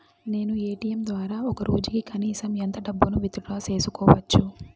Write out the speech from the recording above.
నేను ఎ.టి.ఎం ద్వారా ఒక రోజుకి కనీసం ఎంత డబ్బును విత్ డ్రా సేసుకోవచ్చు?